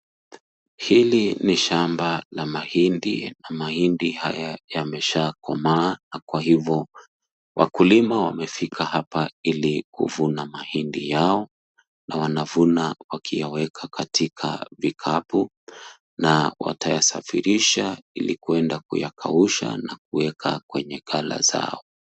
Hili ni shamba la mahindi, na mahindi haya yameshakomaa, na kwa hivyo, wakulima wamefika hapa ili kuvuna mahindi yao, na wanavuna wakiyaweka katika vikapu, na watayasafirisha ili kwenda kuyakausha na kuweka kwenye ghala zao.